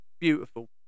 beautiful